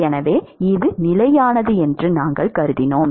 எனவே இது நிலையானது என்று நாங்கள் கருதினோம்